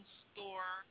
store